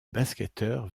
basketteur